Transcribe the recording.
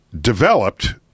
developed